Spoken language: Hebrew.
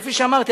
כפי שאמרתי,